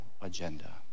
agenda